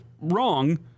wrong